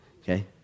okay